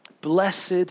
Blessed